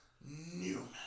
Newman